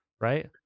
right